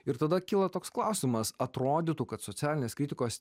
ir tada kyla toks klausimas atrodytų kad socialinės kritikos